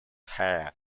heir